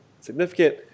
significant